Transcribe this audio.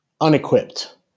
unequipped